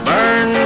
Burn